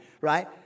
right